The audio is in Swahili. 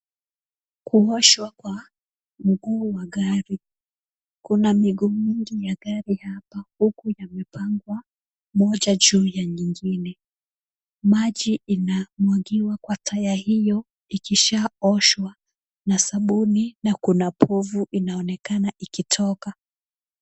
Kuoshwa kwa mguu wa gari. Kuna miguu mingi ya gari hapa huku yamepangwa moja juu ya nyingine, maji inamwagiwa kwa tire hiyo, ikishaoshwa na sabuni, na kuna povu inaonekana ikitoka.